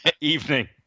evening